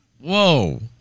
Whoa